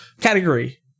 Category